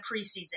preseason